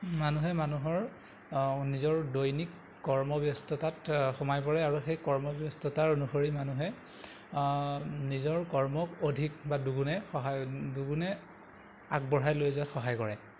মানুহে মানুহৰ নিজৰ দৈনিক কৰ্মব্যস্ততাত সোমাই পৰে আৰু সেই কৰ্মব্যস্ততাৰ অনুসৰি মানুহে নিজৰ কৰ্মক অধিক বা দুগুণে সহায় দুগুণে আগবঢ়াই লৈ যোৱাত সহায় কৰে